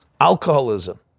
alcoholism